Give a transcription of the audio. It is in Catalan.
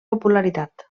popularitat